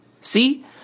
See